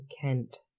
Kent